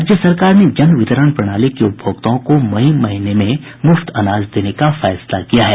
राज्य सरकार ने जन वितरण प्रणाली के उपभोक्ताओं को मई महीने में मुफ्त अनाज देने का फैसला किया है